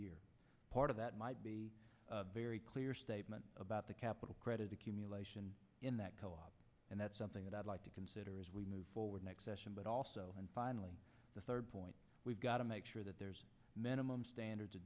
year part of that might be very clear statement about the capital credit accumulation in that and that's something that i'd like to consider as we move forward next session but also finally the third point we've got to make sure that there's minimum standards